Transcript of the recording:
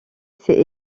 c’est